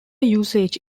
usage